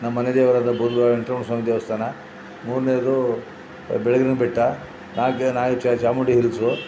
ನಮ್ಮನೆ ದೇವರಾದ ಬೂದಾರ್ಯ ವೆಂಕಟ ರಮಣ ಸ್ವಾಮಿ ದೇವಸ್ಥಾನ ಮೂರನೇದೂ ಬೆಳಗಿರಿನ ಬೆಟ್ಟ ನಾಲ್ಕನೇದು ಚಾಮುಂಡಿ ಹಿಲ್ಸು